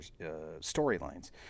storylines